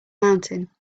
mountain